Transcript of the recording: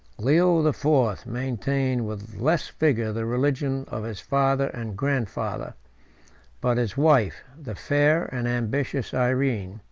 leo the fourth maintained with less rigor the religion of his father and grandfather but his wife, the fair and ambitious irene,